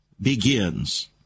Begins